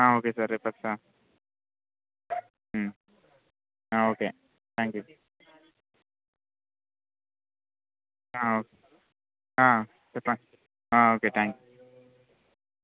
అంటే మీరు వన్ మెంబర్కి నేర్పించాలి టూ మెంబర్స్కి నేర్పించాలి అని మీరు మీకు మీరు ఎంత మందికి నేర్పించాలి అని మీరు అనుకుంటున్నారో దాన్ని బట్టి ఇక్కడ మేము ఎంటర్ చేస్తాం అంటే మీరు మాకు లెటర్ రాసిస్తారు కదా